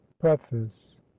preface